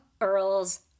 earls